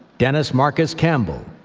dennis marcus campbell,